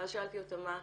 שאלתי אותה "מה",